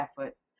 efforts